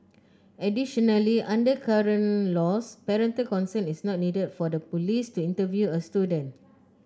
additionally under current laws parental consent is not needed for the police to interview a student